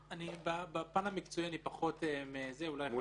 בפן המקצועי אני פחות --- מולי,